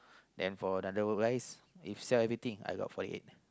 then for another rice if sell everything I got forty eight